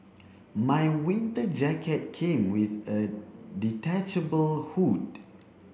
my winter jacket came with a detachable hood